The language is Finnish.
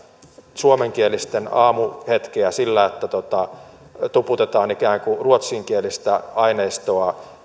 suomenkielisten aamuhetkeä sillä että ikään kuin tuputetaan ruotsinkielistä aineistoa